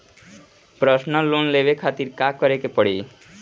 Personal loan लेवे खातिर का करे के पड़ी?